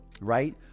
right